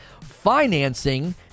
financing